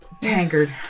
tankard